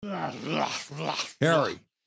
Harry